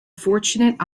fortunate